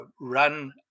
run